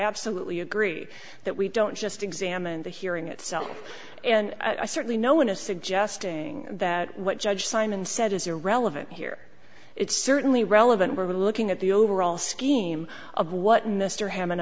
absolutely agree that we don't just examine the hearing itself and i certainly no one is suggesting that what judge simon said is irrelevant here it's certainly relevant we're looking at the overall scheme of what mr hammond